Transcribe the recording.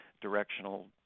directional